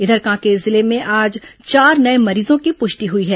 इधर कांकेर जिले में आज चार नए मरीजों की प्रष्टि हुई है